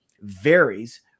varies